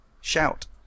shout